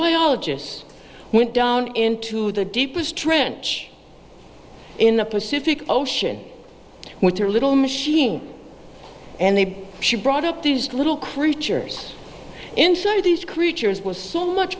biologists went down into the deepest trench in the pacific ocean with their little machine and they should brought up these little creatures inside these creatures was so much